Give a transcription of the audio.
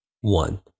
one